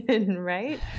right